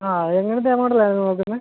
ആ എങ്ങനത്തെ മോഡൽ ആയിരുന്നു നോക്കുന്നത്